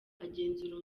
agenzura